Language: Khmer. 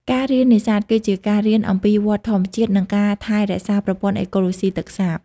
ការរៀននេសាទ គឺជាការរៀនអំពីវដ្តធម្មជាតិ និងការថែរក្សាប្រព័ន្ធអេកូឡូស៊ីទឹកសាប។